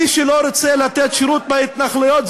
מי שלא רוצה לתת שירות בהתנחלויות,